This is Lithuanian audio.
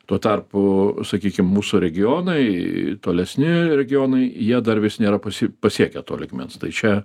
tuo tarpu sakykim mūsų regionai tolesni regionai jie dar vis nėra pasiekę to lygmens tai čia